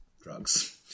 drugs